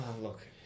look